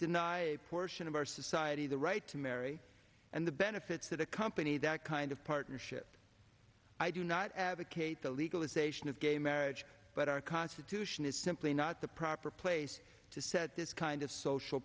deny a portion of our society the right to marry and the benefits that accompany that kind of partnership i do not advocate the legalization of gay marriage but our constitution is simply not the proper place to set this kind of social